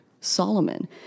Solomon